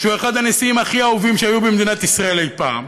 שהוא אחד הנשיאים הכי אהובים שהיו במדינת ישראל אי-פעם,